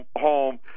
home